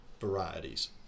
varieties